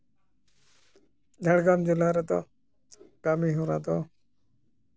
ᱡᱷᱟᱲᱜᱨᱟᱢ ᱡᱮᱞᱟ ᱨᱮᱫᱚ ᱠᱟᱹᱢᱤ ᱦᱚᱨᱟ ᱫᱚ